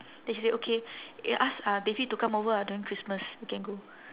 then she say okay ya ask uh devi to come over ah during christmas we can go